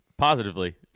Positively